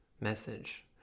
message